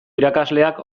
irakasleak